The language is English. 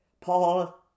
Paul